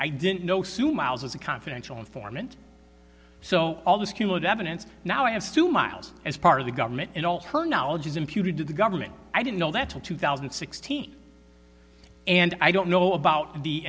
i didn't know soon miles as a confidential informant so all the evidence now i have stu miles as part of the government and all her knowledge is imputed to the government i didn't know that till two thousand and sixteen and i don't know about the